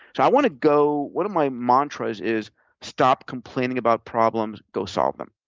so i wanna go one of my mantras is stop complaining about problems go solve them.